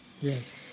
Yes